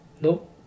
Nope